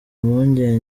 impuguke